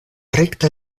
rekta